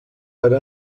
per